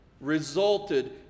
resulted